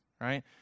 right